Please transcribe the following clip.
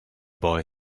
boy